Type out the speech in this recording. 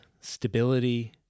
stability